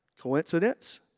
coincidence